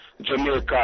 Jamaica